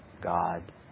God